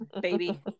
baby